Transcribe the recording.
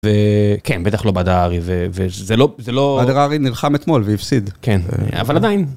וכן בטח לא בדררי וזה לא... -בדררי נלחם אתמול והפסיד כן אבל עדיין.